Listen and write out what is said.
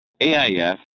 AIF